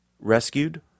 rescued